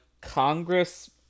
Congress